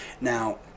now